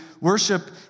Worship